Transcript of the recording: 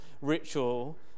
ritual